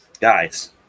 guys